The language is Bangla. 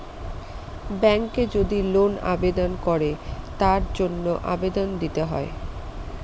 ব্যাঙ্কে যদি লোন আবেদন করে তার জন্য আবেদন দিতে হয়